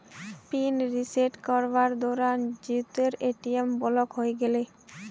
pin reset करवार दौरान जीतूर ए.टी.एम ब्लॉक हइ गेले